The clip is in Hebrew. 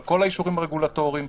על כל האישורים הרגולטוריים,